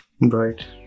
Right